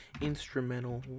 instrumental